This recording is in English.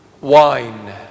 Wine